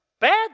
Bad